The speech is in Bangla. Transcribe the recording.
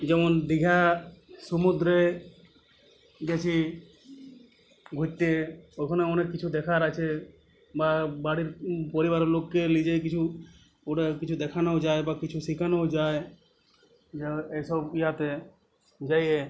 যেমন দীঘার সমুদ্রে গিয়েছি ঘুরতে ওখানে অনেক কিছু দেখার আছে বা বাড়ির পরিবারের লোককে নিয়ে যেয়ে কিছু ওরা কিছু দেখানোও যায় বা কিছু শেখানো যায় যারা এইসব ইয়েতে যেয়ে